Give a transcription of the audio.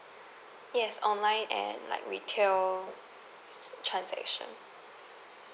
yes online and like retail transaction